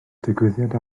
digwyddiad